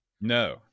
No